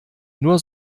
nur